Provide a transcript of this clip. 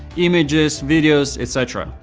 images, videos, et cetera.